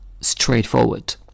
straightforward